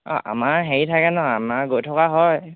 অঁ আমাৰ হেৰি থাকে ন আমাৰ গৈ থকা হয়